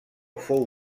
fou